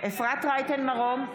רייטן מרום,